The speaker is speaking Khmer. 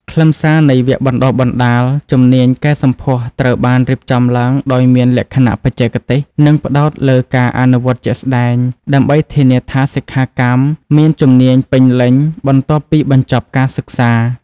ខ្លឹមសារនៃវគ្គបណ្តុះបណ្តាលជំនាញកែសម្ផស្សត្រូវបានរៀបចំឡើងដោយមានលក្ខណៈបច្ចេកទេស និងផ្តោតលើការអនុវត្តជាក់ស្តែង ដើម្បីធានាថាសិក្ខាកាមមានជំនាញពេញលេញបន្ទាប់ពីបញ្ចប់ការសិក្សា។